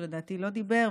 שלדעתי לא דיבר,